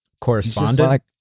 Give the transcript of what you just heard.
Correspondent